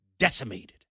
decimated